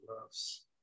loves